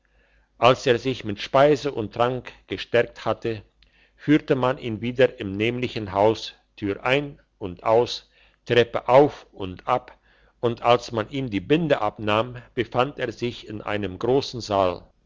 als er sich mit speise und trank gestärkt hatte führte man ihn weiter im nämlichen haus tür ein und aus treppe auf und ab und als man ihm die binde abnahm befand er sich in einem grossen saal